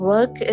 Work